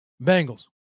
Bengals